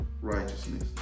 righteousness